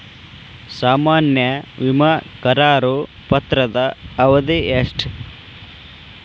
ಸಾಮಾನ್ಯ ವಿಮಾ ಕರಾರು ಪತ್ರದ ಅವಧಿ ಎಷ್ಟ?